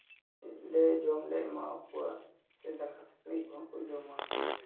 ᱞᱮ ᱡᱚᱢ ᱞᱮ ᱮᱢᱟᱣᱟᱠᱚᱣᱟ ᱥᱮ ᱫᱟᱠᱟ ᱥᱟᱹᱠᱲᱤ ᱠᱚᱦᱚᱸ ᱠᱚ ᱡᱚᱢᱟ ᱸ